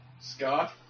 Scott